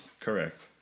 Correct